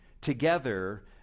together